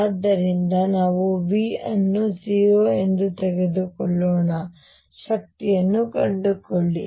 ಆದ್ದರಿಂದ ನಾವು V ಅನ್ನು 0 ಎಂದು ತೆಗೆದುಕೊಳ್ಳೋಣ ಶಕ್ತಿಯನ್ನು ಕಂಡುಕೊಳ್ಳಿ